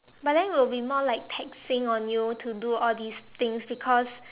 but then will be more like taxing on you to do all these things because